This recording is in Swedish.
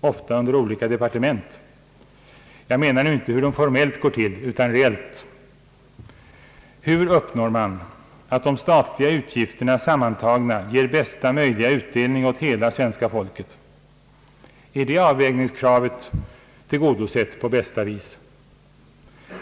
ofta under olika departement? Jag menar nu inte hur den formellt går till utan reellt. Hur uppnår man att de statliga utgifterna sammantagna ger bästa möjliga utdelning åt hela svenska folket? Är det avvägningskravet tillgodosett på bästa vis?